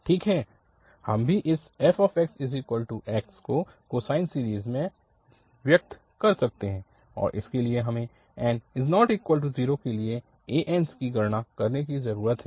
ठीक है हम भी इस fxx को कोसाइन सीरीज़ में व्यक्त कर सकते हैं और उसके लिए हमें n ≠ 0 के लिए ans की गणना करने की जरूरत है